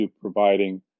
providing